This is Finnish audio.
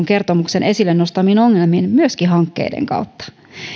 kertomuksen esille nostamiin ongelmiin hankkeiden kautta